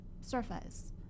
surface